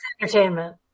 entertainment